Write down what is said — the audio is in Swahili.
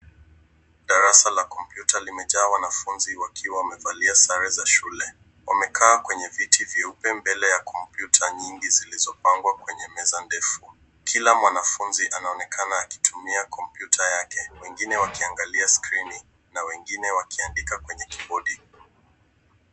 Darasa la kompyuta limejaa wanafunzi wakiwa wamevalia sare za shule. Wamekaa kwenye viti vyeupe mbele ya kompyuta nyingi zilizopangwa kwenye meza ndefu. Kila mwanafunzi anaonekana akitumia kompyuta yake wengine wakiangalia skrini na wengine wakiandika kwenye kibodi.